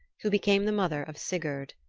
who became the mother of sigurd.